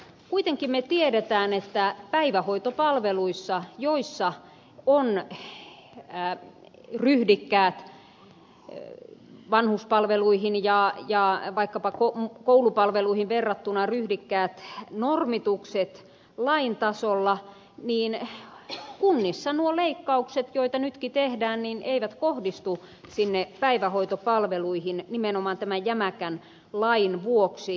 kuitenkin me tiedämme että kun päivähoitopalveluissa on vanhuspalveluihin ja vaikkapa koulupalveluihin verrattuna ryhdikkäät normitukset lain tasolla niin kunnissa leikkaukset joita nytkin tehdään eivät kohdistu päivähoitopalveluihin nimenomaan tämän jämäkän lain vuoksi